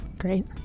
great